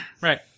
right